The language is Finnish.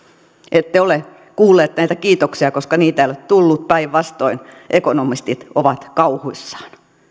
ette ole kuulleet näitä kiitoksia koska niitä ei ole tullut päinvastoin ekonomistit ovat kauhuissaan